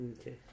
Okay